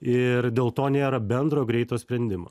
ir dėl to nėra bendro greito sprendimo